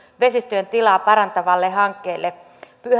vesistöjen tilaa parantavalle hankkeelle